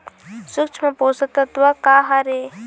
सूक्ष्म पोषक तत्व का हर हे?